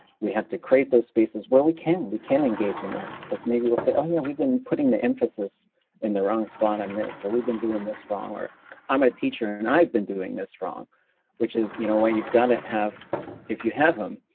we have to create those spaces where we can, we can engage in that because maybe we'll say oh yeah we've been putting the emphasis in the wrong spot on this or we've been doing this wrong or i'm a teacher and i've been doing this wrong which is you know what you've got to have if you have them,